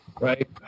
right